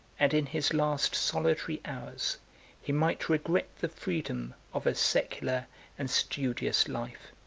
and in his last solitary hours he might regret the freedom of a secular and studious life.